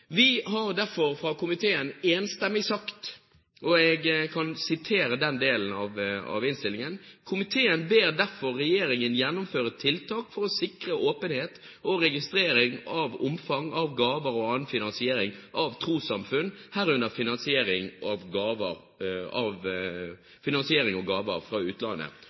Vi har derfor fra komiteens side enstemmig sagt – og jeg kan sitere den delen av innstillingen: «Komiteen ber derfor regjeringen gjennomføre tiltak for å sikre åpenhet og registrering av omfang av gaver og annen finansiering av trossamfunn, herunder finansiering og gaver fra utlandet.»